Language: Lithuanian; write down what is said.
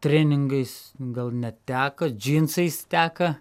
treningais gal neteka džinsais teka